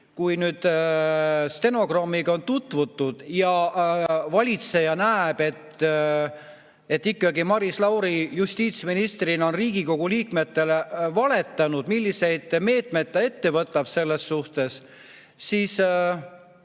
kui stenogrammiga on tutvutud ja valitseja näeb, et Maris Lauri justiitsministrina on Riigikogu liikmetele ikkagi valetanud, milliseid meetmeid ta võtab selles suhtes, siis